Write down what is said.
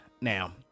now